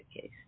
case